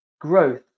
growth